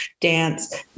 dance